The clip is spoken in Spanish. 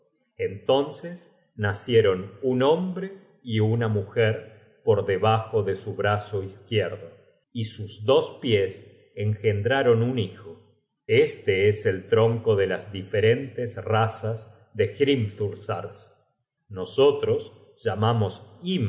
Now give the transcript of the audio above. entonces nacieron un hombre y una mujer por debajo de su brazo izquierdo y sus dos pies engendraron un hijo este es el tronco de las diferentes razas de hrimthursars nosotros llamamos